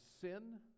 sin